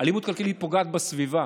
אלימות כלכלית פוגעת בסביבה,